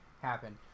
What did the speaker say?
happen